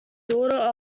daughter